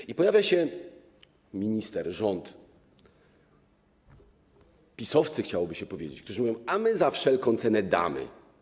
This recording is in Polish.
I pojawia się minister, rząd, PiS-owcy, chciałoby się powiedzieć, którzy mówią: a my za wszelką cenę damy.